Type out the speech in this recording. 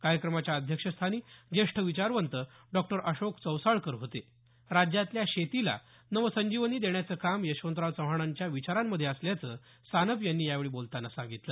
कार्यक्रमाच्या अध्यक्षस्थानी ज्येष्ठ विचारवंत डॉक्टर अशोक चौसाळकर होते राज्यातल्या शेतीला नवसंजीवनी देण्याचं काम यशवंतराव चव्हाणांच्या विचारांमध्ये असल्याचं सानप यांनी यावेळी बोलतांना सांगितलं